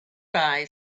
bye